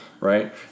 Right